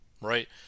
right